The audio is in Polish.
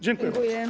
Dziękuję.